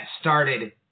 started